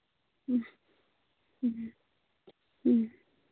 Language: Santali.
ᱦᱮᱸ ᱦᱮᱸ ᱦᱮᱸ